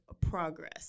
progress